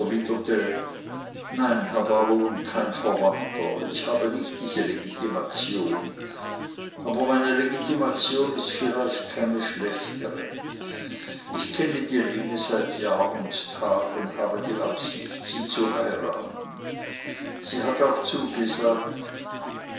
nein herr baron kein verwandter ich habe nicht diese legitimation aber meine legitimation ist vielleicht keine schlechtere ich kenne die lene seit jahr und tag und habe die absicht sie zu heiraten sie hat auch zugesagt